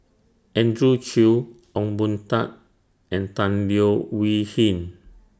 Andrew Chew Ong Boon Tat and Tan Leo Wee Hin